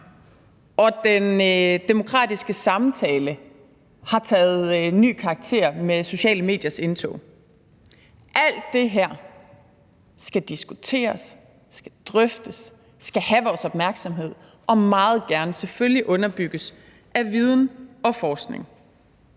den demokratiske samtale har antaget ny karakter med sociale mediers indtog. Alt det her skal diskuteres, drøftes, skal have vores opmærksomhed og selvfølgelig meget gerne underbygges af viden og forskning.